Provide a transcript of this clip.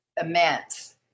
immense